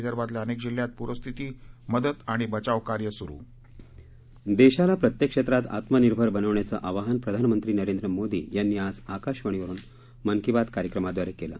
विदर्भातल्या अनेक जिल्ह्यात पूरस्थिती मदत आणि बचावकार्य सुरु देशाला प्रत्येक क्षेत्रात आत्मानिर्भर बनवण्याचं आवाहन प्रधानमंत्री नरेन्द्र मोदी यांनी आज आकाशवाणी वरून मन की बात कार्यक्रमाद्वारे केलं